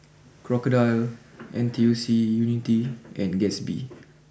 Crocodile N T U C Unity and Gatsby